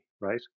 right